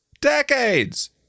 decades